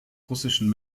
russischen